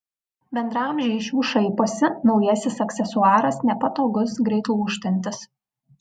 bendraamžiai iš jų šaiposi naujasis aksesuaras nepatogus greit lūžtantis